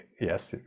Yes